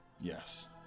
yes